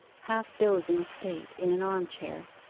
half-dozing state in an arm-chair,